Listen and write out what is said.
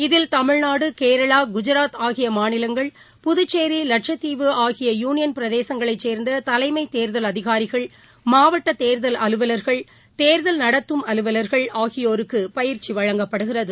இதில் தமிழ்நாடு கேரளா குஜராத் ஆகிய மாநிலங்கள் புதுச்சேரி வட்சத்தீவு ஆகிய யூனியன் பிரதேசங்களை சேர்ந்த தலைமைத் தேர்தல் அதிகாரிகள் மாவட்ட தேர்தல் அலுவலர்கள் தேர்தல் நடத்தும் அலுவலர்கள் ஆகியோருக்கு பயிற்சி வழங்கப்படுகிறது